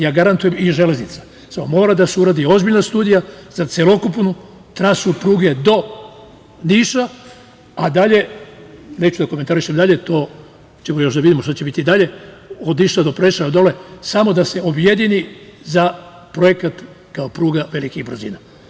Ja garantujem da je tako i sa železnicom, samo mora da se uradi ozbiljna studija za celokupnu trasu pruge do Niša, pa dalje neću da komentarišem, to ćemo da vidimo šta će biti dalje, od Niša do Preševa, samo da se objedini za projekat kao pruga velikih brzina.